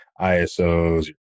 ISOs